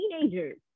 teenagers